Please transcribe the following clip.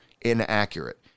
inaccurate